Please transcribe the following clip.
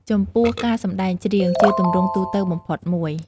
ចំពោះ ការសម្ដែងច្រៀង ជាទម្រង់ទូទៅបំផុតមួយ។